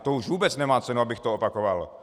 To už vůbec nemá cenu, abych to opakoval.